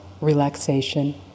relaxation